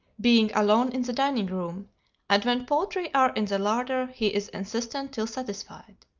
being alone in the dining room and when poultry are in the larder he is insistent till satisfied.